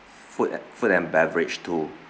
food a~ food and beverage two